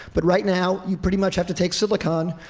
but right now, you pretty much have to take silicon,